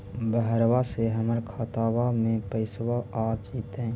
बहरबा से हमर खातबा में पैसाबा आ जैतय?